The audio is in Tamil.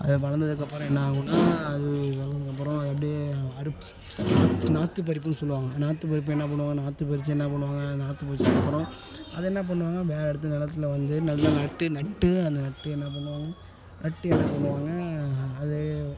அது வளர்ந்ததுக்கப்பறம் என்னாகும்னால் அது வளர்ந்ததுக்கப்பறம் எப்படி அறுப் நாற்று நாற்று பறிப்புன்னு சொல்லுவாங்க நாற்று பறிப்பு என்ன பண்ணுவாங்க நாற்று பறித்து என்ன பண்ணுவாங்க நாற்று பறித்ததுக்கப்பறம் அதை என்ன பண்ணுவாங்க வேறே இடத்து நெலத்தில் வந்து நல்லா நட்டு நட்டு அதை நட்டு என்ன பண்ணுவாங்க நட்டு என்ன பண்ணுவாங்க அதை